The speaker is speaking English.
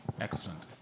Excellent